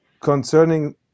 concerning